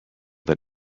than